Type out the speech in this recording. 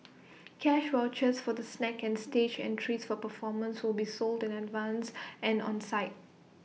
cash vouchers for the snacks and stage entries for performances will be sold in advance and on site